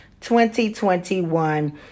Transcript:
2021